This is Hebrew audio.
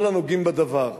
כל הנוגעים בדבר,